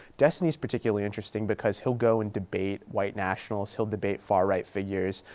destiny's particularly interesting because he'll go and debate white nationalists, he'll debate far-right figures.